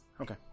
okay